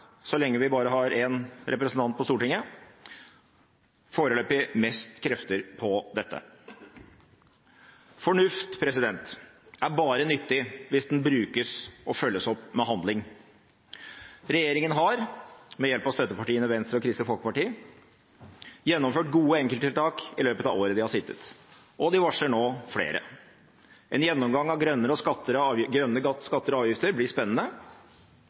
så lenge vi bare har én representant på Stortinget – foreløpig mest krefter på dette. Fornuft er bare nyttig hvis den brukes og følges opp med handling. Regjeringen har, med hjelp av støttepartiene Venstre og Kristelig Folkeparti, gjennomført gode enkelttiltak i løpet av året de har sittet, og de varsler nå flere. En gjennomgang av grønne skatter og avgifter blir spennende.